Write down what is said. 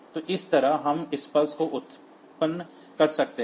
तो इस तरह हम इस पल्स को उत्पन्न कर सकते हैं